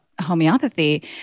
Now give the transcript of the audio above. homeopathy